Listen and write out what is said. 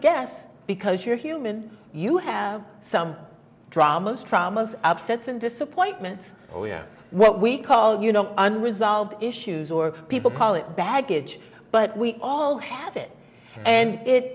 guess because you're human you have some dramas traumas upsets and disappointments we are what we call you know unresolved issues or people call it baggage but we all have it and it